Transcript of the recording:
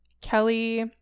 Kelly